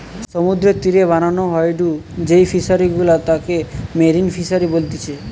সমুদ্রের তীরে বানানো হয়ঢু যেই ফিশারি গুলা তাকে মেরিন ফিসারী বলতিচ্ছে